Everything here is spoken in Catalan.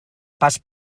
pas